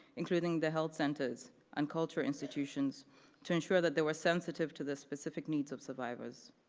including the health centers and culture institutions to ensure that they were sensitive to the specific needs of survivors.